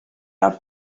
are